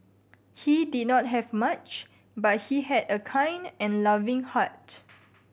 he did not have much but he had a kind and loving heart